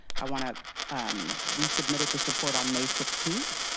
i want to um we submitted this report on may sixteen.